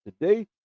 today